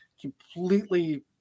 completely